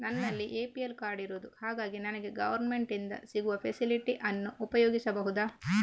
ನನ್ನಲ್ಲಿ APL card ಇರುದು ಹಾಗಾಗಿ ನನಗೆ ಗವರ್ನಮೆಂಟ್ ಇಂದ ಸಿಗುವ ಫೆಸಿಲಿಟಿ ಅನ್ನು ಉಪಯೋಗಿಸಬಹುದಾ?